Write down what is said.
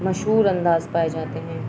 مشہور انداز پائے جاتے ہیں